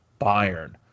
Bayern